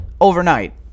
overnight